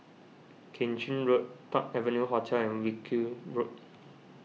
Keng Chin Road Park Avenue Hotel and Wilkie Road